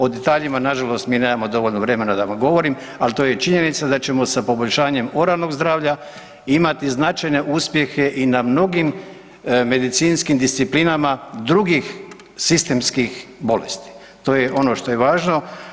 O detaljima nažalost mi nemamo dovoljno vremena da vam govorim, al to je činjenica da ćemo sa poboljšanjem oralnog zdravlja imati značajne uspjehe i na mnogim medicinskim disciplinama drugih sistemskih bolesti, to je ono što je važno.